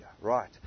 Right